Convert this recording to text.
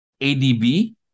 ADB